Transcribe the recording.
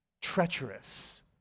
treacherous